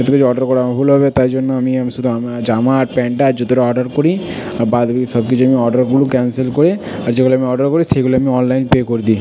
কিছু কিছু অর্ডার করা আমার ভুল হবে তাই জন্য আমি আমি শুধু আমার জামা আর প্যান্টটা আর জুতোটা অর্ডার করি আর বাদ বাকি সব কিছু আমি অর্ডারগুলো ক্যানসেল করে আর যেগুলো আমি অর্ডার করি সেগুলো আমি অনলাইন পে করে দিই